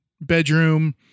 bedroom